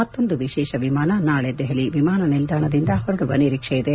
ಮತ್ತೊಂದು ವಿಶೇಷ ವಿಮಾನ ನಾಳೆ ದೆಹಲಿ ವಿಮಾನ ನಿಲ್ದಾಣದಿಂದ ಹೊರಡುವ ನಿರೀಕ್ಷೆಯಿದೆ